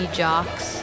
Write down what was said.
jocks